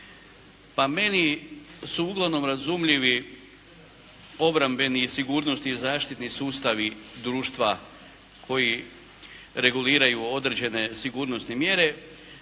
Pa meni su uglavnom razumljivi obrambeni i sigurnosni i zaštitni sustavi društva koji reguliraju određene sigurnosne mjere,